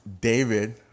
David